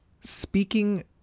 speaking